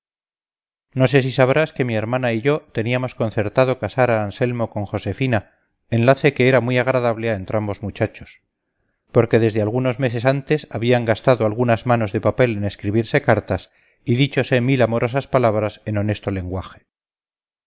no sé si sabrás que mi hermana y yo teníamos concertado casar a anselmo con josefina enlace que era muy agradable a entrambos muchachos porque desde algunos meses antes habían gastado algunas manos de papel en escribirse cartas y díchose mil amorosas palabras en honesto lenguaje